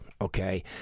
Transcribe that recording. okay